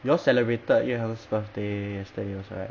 you'll celebrated yu heng birthday yesterday also right